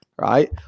right